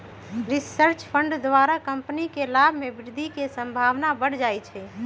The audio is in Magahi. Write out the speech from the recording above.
रिसर्च फंड द्वारा कंपनी के लाभ में वृद्धि के संभावना बढ़ जाइ छइ